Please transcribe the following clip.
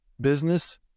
business